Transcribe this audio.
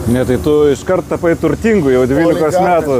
ne tai tu iškart tapai turtingu jau dvylikos metų